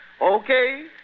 Okay